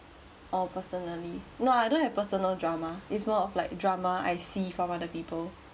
oo personally no I don't have personal drama it's more of like drama I see from other people